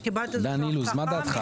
תודה רבה.